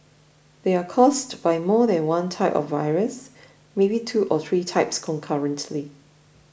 they are caused by more than one type of virus maybe two or three types concurrently